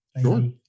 Sure